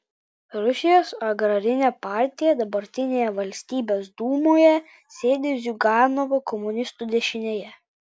rusijos agrarinė partija dabartinėje valstybės dūmoje sėdi ziuganovo komunistų dešinėje